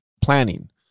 planning